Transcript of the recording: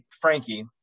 Frankie